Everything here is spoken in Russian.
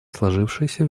сложившейся